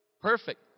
Perfect